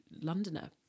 Londoner